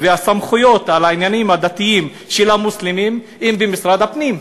הסמכויות בעניינים הדתיים של המוסלמים הן במשרד הפנים?